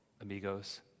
amigos